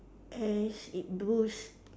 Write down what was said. as it boost